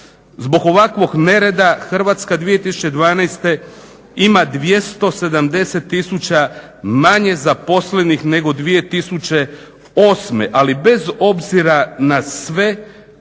Zbog ovakvog nereda Hrvatska 2012. ima 270 tisuća manje zaposlenih nego 2008., ali bez obzira na sve